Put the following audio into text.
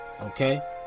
Okay